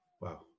wow